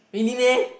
really meh